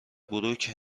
بروک